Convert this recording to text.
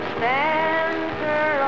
center